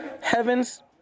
heavens